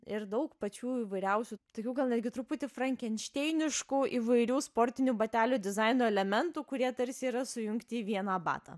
ir daug pačių įvairiausių tokių gal netgi truputį frankenšteiniškų įvairių sportinių batelių dizaino elementų kurie tarsi yra sujungti į vieną batą